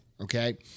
okay